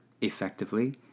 effectively